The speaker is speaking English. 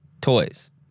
toys